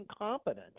incompetent